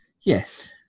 Yes